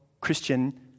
Christian